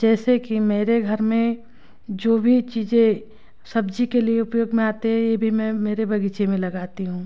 जैसे कि मेरे घर में जो भी चीज़ें सब्ज़ी के लिए उपयोग में आते हैं यह भी मैं मेरे बगीचे में लगाती हूँ